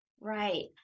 Right